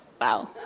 Wow